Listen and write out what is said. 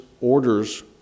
orders